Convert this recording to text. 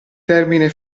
termine